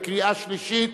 בקריאה שלישית,